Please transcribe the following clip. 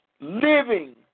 living